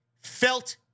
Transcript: felt